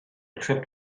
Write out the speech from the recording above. trip